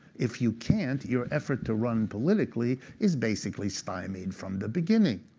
if you can't, your effort to run politically is basically stymied from the beginning.